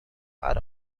are